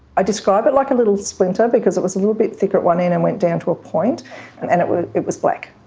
i describe it like a little splinter because it was a little bit thicker at one end and went down to a point and and it was it was black.